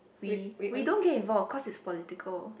we we don't care involve cause it's political